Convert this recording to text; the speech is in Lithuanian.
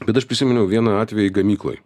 bet aš prisiminiau vieną atvejį gamykloj